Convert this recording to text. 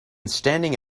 standing